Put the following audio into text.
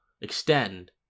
extend